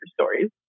stories